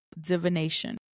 divination